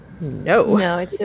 No